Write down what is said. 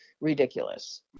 ridiculous